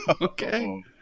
Okay